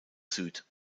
süd